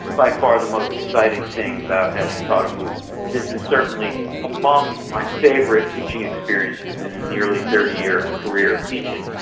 by far the most exciting thing about having taught a mooc. this is certainly among my favourite teaching experiences in a nearly thirty year career of teaching.